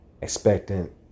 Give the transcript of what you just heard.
expectant